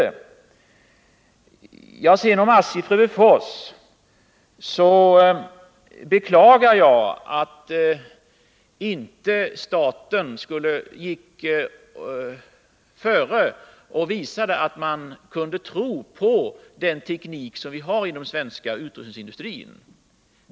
I vad sedan gäller ASSI:s verksamhet i Frövifors beklagar jag att staten inte gått före och visat att man kan tro på den teknik som finns i den svenska utrustningsindustrin.